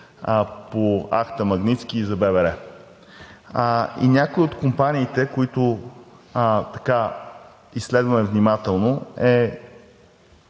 по акта „Магнитски“ и за ББР. Някои от компаниите, които изследваме внимателно, е